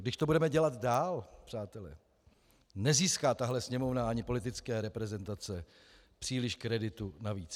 Když to budeme dělat dál, přátelé, nezíská tahle Sněmovna ani politické reprezentace příliš kreditu navíc.